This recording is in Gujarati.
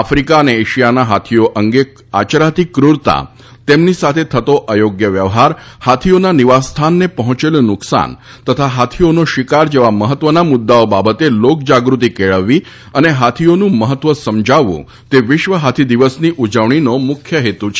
આફિકા અને એશિયાના હાથીઓ અંગે આયરાતી ક્રુરતા તેમની સાથે થતો અયોગ્ય વ્યવહાર હાથીઓના નિવાસ સ્થાનને પહોંચેલુ નુકસાન તથા હાથીઓનો શિકાર જેવા મહત્વના મુદ્દાઓ બાબતે લોકજાગૃતિ કેળવવી અને હાથીઓનું મહત્વ સમજાવવું તે વિશ્વ હાથી દિવસની ઉજવણીનો મુખ્ય હેતુ છે